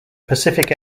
pacific